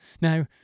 Now